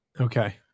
Okay